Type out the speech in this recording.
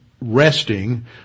resting